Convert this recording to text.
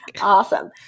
Awesome